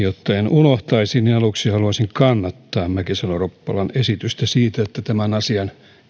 unohtaisi niin aluksi haluaisin kannattaa mäkisalo ropposen esitystä siitä että tämän asian